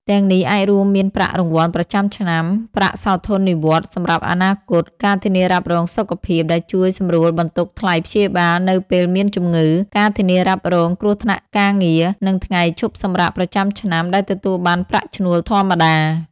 ទាំងនេះអាចរួមមានប្រាក់រង្វាន់ប្រចាំឆ្នាំ ប្រាក់សោធននិវត្តន៍សម្រាប់អនាគត ការធានារ៉ាប់រងសុខភាពដែលជួយសម្រួលបន្ទុកថ្លៃព្យាបាលនៅពេលមានជំងឺ ការធានារ៉ាប់រងគ្រោះថ្នាក់ការងារ និងថ្ងៃឈប់សម្រាកប្រចាំឆ្នាំ ដែលទទួលបានប្រាក់ឈ្នួលធម្មតា។